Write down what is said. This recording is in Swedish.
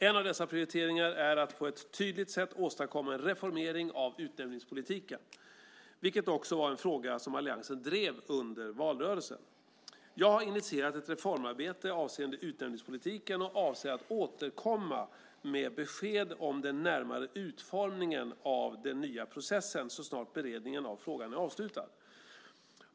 En av dessa prioriteringar är att på ett tydligt sätt åstadkomma en reformering av utnämningspolitiken, vilket också var en fråga som alliansen drev under valrörelsen. Jag har initierat ett reformarbete avseende utnämningspolitiken och avser att återkomma med besked om den närmare utformningen av den nya processen så snart beredningen av frågan är avslutad.